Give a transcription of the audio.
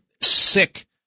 sick